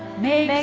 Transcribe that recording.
may